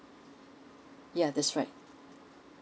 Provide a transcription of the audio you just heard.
ya that's right